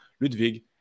Ludwig